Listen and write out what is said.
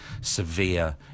severe